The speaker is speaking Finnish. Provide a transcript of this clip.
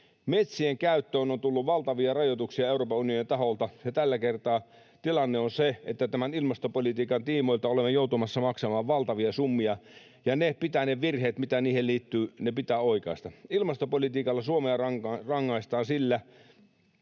Metsienkäyttöön on tullut valtavia rajoituksia Euroopan unionin taholta, ja tällä kertaa tilanne on se, että ilmastopolitiikan tiimoilta olemme joutumassa maksamaan valtavia summia, ja ne virheet, mitä niihin liittyy, pitää oikaista. Ilmastopolitiikalla Suomea rangaistaan sillä,